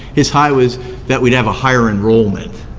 his high was that we'd have a higher enrollment.